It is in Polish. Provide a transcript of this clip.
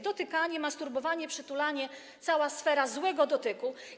Dotykanie, masturbowanie, przytulanie, cała sfera złego dotyku.